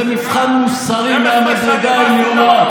זה מבחן מוסרי מהמדרגה העליונה.